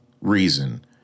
reason